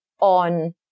on